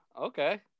okay